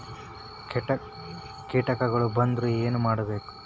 ಕೇಟಗಳ ಬಂದ್ರ ಏನ್ ಮಾಡ್ಬೇಕ್?